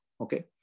Okay